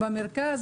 במרכז?